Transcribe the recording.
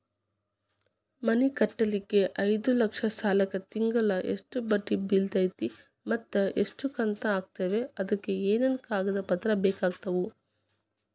ಮನಿ ಕಟ್ಟಲಿಕ್ಕೆ ಐದ ಲಕ್ಷ ಸಾಲಕ್ಕ ತಿಂಗಳಾ ಎಷ್ಟ ಬಡ್ಡಿ ಬಿಳ್ತೈತಿ ಮತ್ತ ಎಷ್ಟ ಕಂತು ಆಗ್ತಾವ್ ಅದಕ ಏನೇನು ಕಾಗದ ಪತ್ರ ಬೇಕಾಗ್ತವು?